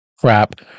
Crap